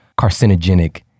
carcinogenic